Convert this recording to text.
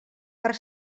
per